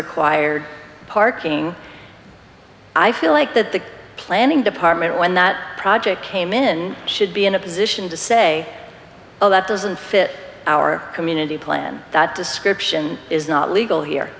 required parking i feel like that the planning department when that project came in should be in a position to say well that doesn't fit our community plan that description is not legal here